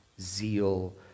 zeal